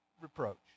reproach